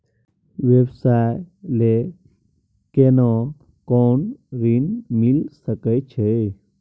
व्यवसाय ले केना कोन ऋन मिल सके छै?